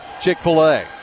Chick-fil-A